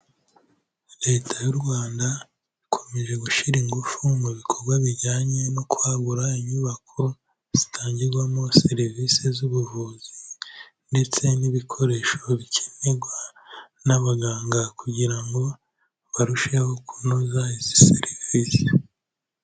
Leta y'u Rwanda ikomeje gushyira ingufu mu bikorwa bijyanye no kwagura inyubako zitangirwamo serivisi z'ubuvuzi ndetse n'ibikoresho bikenerwa n'abaganga kugira ngo barusheho kunoza izi serivisi.